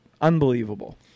unbelievable